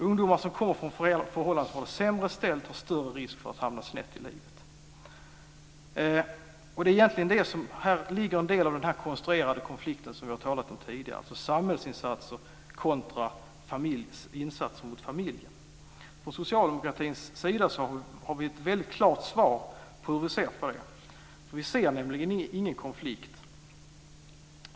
Ungdomar som kommer från familjer som har det sämre ställt utsätts för större risk att hamna snett i livet. Här ligger en del av den här konstruerade konflikten som vi har talat om tidigare, dvs. samhällsinsatser kontra insatser mot familjen. Vi socialdemokrater har ett väldigt klart svar på hur vi ser på det. Vi ser nämligen ingen konflikt.